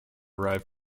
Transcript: arrive